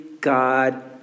God